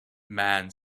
man